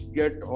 get